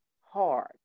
hard